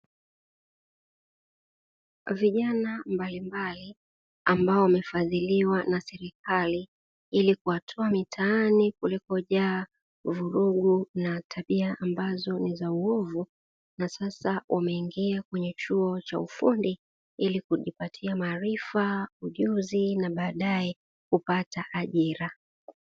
Vijana mbalimbali, ambao wamefadhiliwa na serikali ili kuwatoa mitaani kulikojaa vurugu na tabia ambazo ni za uovu na sasa wameingia kwenye chuo cha ufundi ili kujipatia maarifa, ujuzi na baadae kupata ajira.